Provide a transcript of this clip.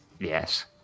Yes